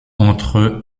entre